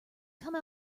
come